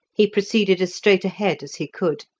he proceeded as straight ahead as he could,